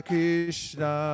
Krishna